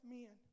men